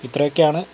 ഇത്രയൊക്കെയാണ്